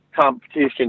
competition